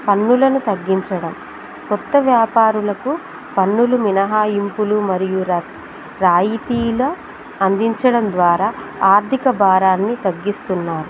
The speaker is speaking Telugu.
పన్నులను తగ్గించడం కొత్త వ్యాపారులకు పన్నులు మినహాయింపులు మరియు రాయితీలు అందించడం ద్వారా ఆర్థిక భారాన్ని తగ్గిస్తున్నారు